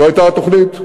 זו הייתה התוכנית,